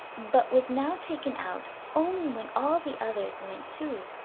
but was now taken out only when all the others went too.